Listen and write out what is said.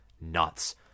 nuts